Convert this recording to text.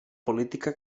política